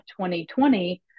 2020